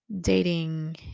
dating